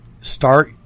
start